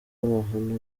amahano